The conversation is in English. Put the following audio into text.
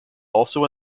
also